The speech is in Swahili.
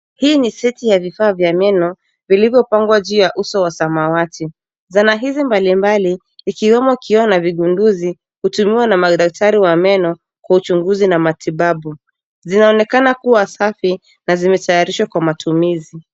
Hii ni seti ya vifaa vya meno vilivyopangwa juu ya uso wa samawati. Zana hizi mbalimbali ikiwemo kioo na vigunduzi hutumiwa na madaktari wa meno kwa uchunguzi na matibabu. Zinaonekana kuwa safi na zimetayarishwa kwa matumizi.